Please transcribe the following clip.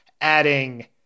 adding